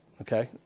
okay